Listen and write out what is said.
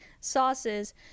sauces